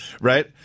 Right